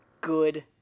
good